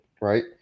Right